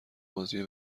بازی